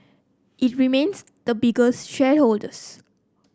it remains the biggest shareholders